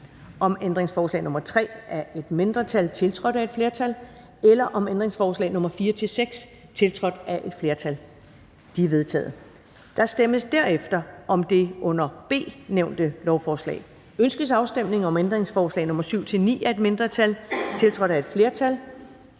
om ændringsforslag nr. 4-6, tiltrådt af et flertal (udvalget med undtagelse af FG)? De er vedtaget. Der stemmes derefter om det under B nævnte lovforslag: Ønskes afstemning om ændringsforslag nr. 7-9 af et mindretal (V og SF), tiltrådt af et flertal